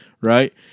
Right